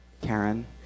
Karen